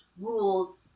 rules